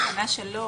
בתקנה 3